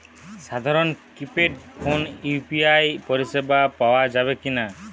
সাধারণ কিপেড ফোনে ইউ.পি.আই পরিসেবা পাওয়া যাবে কিনা?